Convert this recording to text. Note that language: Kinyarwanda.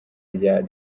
rya